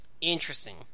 Interesting